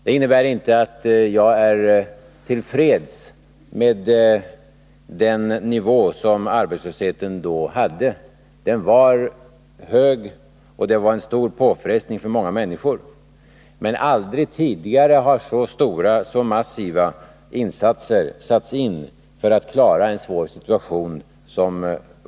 Det innebär inte att jag är tillfreds med den nivå som arbetslösheten då hade. Den var hög och innebar en stor påfrestning på många människor. Men aldrig tidigare har så stora och massiva insatser gjorts för att klara en svår situation.